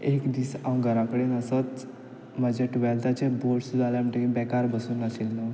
एक दीस हांव घरा कडेन असोच म्हाजे टुवॅल्ताचे बोर्ड्स जाल्या म्हणटकी बेकार बसून आशिल्लो